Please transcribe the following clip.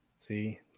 See